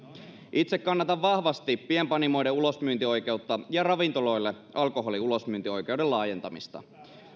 itse kannatan vahvasti pienpanimoiden ulosmyyntioikeutta ja ravintoloille alkoholin ulosmyyntioikeuden laajentamista